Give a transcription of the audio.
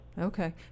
Okay